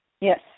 Yes